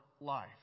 life